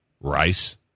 Rice